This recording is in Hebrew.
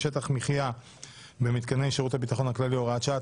(שטח מחיה במיתקני שירות הביטחון הכללי) (הוראת שעה),